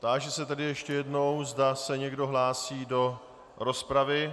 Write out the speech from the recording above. Táži se ještě jednou, zda se někdo hlásí do rozpravy.